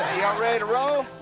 y'all ready to roll?